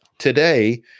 Today